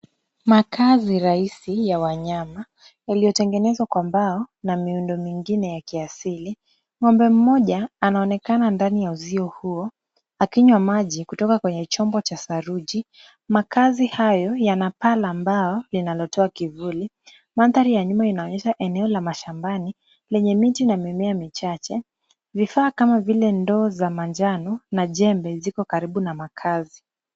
Makaazi rahisi ya wanyama, yaliyotengenezwa kwa mbao na miundo mingine ya kiasili. Ng'ombe mmoja anaonekana ndani ya uzio huo akinywa maji kutoka kwenye chombo cha saruji. Makaazi hayo yana paa la mbao linalotoa kivuli. Mandhari ya nyuma inaonyesha eneo la mashambani lenye miti na mimea michache, vifaa kama vile ndoo za manjano na jembe ziko karibu na makaazi.